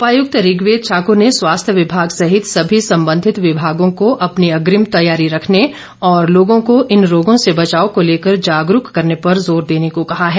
उपायुक्त ऋग्वेद ठाकुर ने स्वास्थ्य विभाग सहित सभी संबंधित विभागों को अपनी अग्रिम तैयारी रखने और लोगों को इन रोगों से बचाव को लेकर जागरूक करने पर जोर देने को कहा है